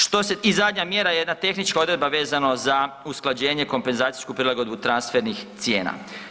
Što se, i zadnja mjera jedna tehnička odredba vezano za usklađenje, kompenzacijsku prilagodbu transfernih cijena.